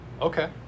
Okay